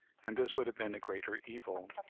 and this would have been a greater evil.